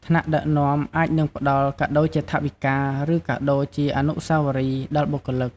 ថ្នាក់ដឹកនាំអាចនឹងផ្តល់ កាដូរជាថវិកា ឬ កាដូរជាវត្ថុអនុស្សាវរីយ៍ ដល់បុគ្គលិក។